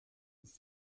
ist